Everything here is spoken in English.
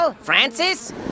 Francis